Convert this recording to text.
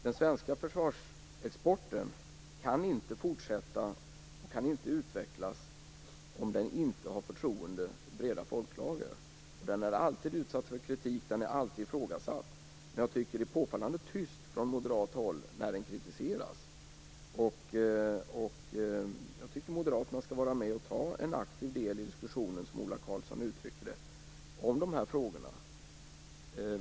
Den svenska försvarsexporten kan inte fortsätta och kan inte utvecklas om den inte har förtroende i breda folklager. Den är alltid utsatt för kritik. Den är alltid ifrågasatt. Men det är påfallande tyst från moderat håll när den kritiseras. Jag tycker att moderaterna skall vara med och ta en aktiv del i diskussionen, som Ola Karlsson uttrycker det, om dessa frågor.